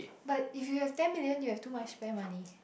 but if you have ten million you have too much spare money